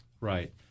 right